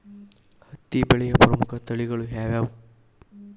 ಹತ್ತಿ ಬೆಳೆಯ ಪ್ರಮುಖ ತಳಿಗಳು ಯಾವ್ಯಾವು?